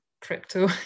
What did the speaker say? crypto